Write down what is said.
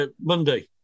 Monday